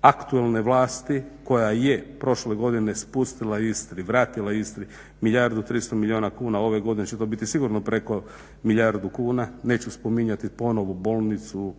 aktualne vlasti koja je prošle godine spustila Istri, vratila Istri milijardu, 300 milijuna kuna ove godine će to biti sigurno preko milijardu kuna. Neću spominjati ponovo bolnicu,